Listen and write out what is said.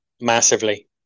massively